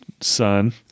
son